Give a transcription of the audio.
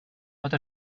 pot